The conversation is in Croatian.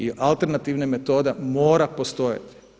I alternativna metoda mora postojati.